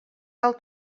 tal